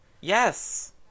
Yes